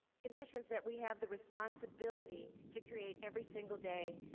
conditions that we have the responsibility to create every single day,